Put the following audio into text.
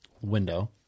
window